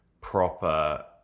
proper